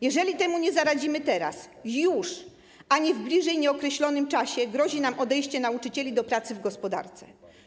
Jeżeli temu nie zaradzimy teraz, już ani w bliżej nieokreślonym czasie, grozi nam odejście nauczycieli do pracy w gospodarce.